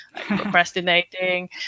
procrastinating